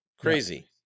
Crazy